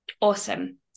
Awesome